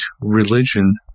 religion